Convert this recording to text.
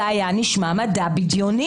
זה היה נשמע מדע בדיוני.